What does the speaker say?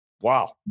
wow